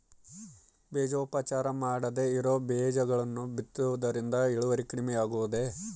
ಬೇಜೋಪಚಾರ ಮಾಡದೇ ಇರೋ ಬೇಜಗಳನ್ನು ಬಿತ್ತುವುದರಿಂದ ಇಳುವರಿ ಕಡಿಮೆ ಆಗುವುದೇ?